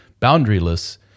boundaryless